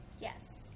Yes